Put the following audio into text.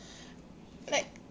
like